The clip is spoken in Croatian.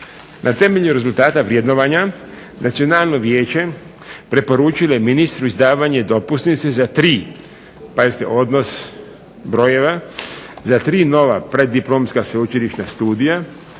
Na temelju rezultata vrednovanja Nacionalno vijeće preporučilo je ministru izdavanje dopusnice za 3, pazite odnos brojeva, za 3 nova preddiplomska sveučilišna studija,